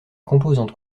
composante